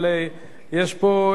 אבל יש פה,